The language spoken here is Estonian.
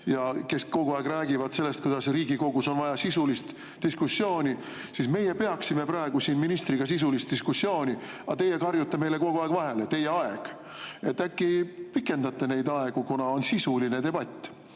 ja kes kogu aeg räägivad sellest, kuidas Riigikogus on vaja sisulist diskussiooni, siis meie peaksime praegu siin ministriga sisulist diskussiooni, aga teie karjute meile kogu aeg vahele: "Teie aeg!" Äkki pikendate neid aegu, kuna on sisuline debatt? Aga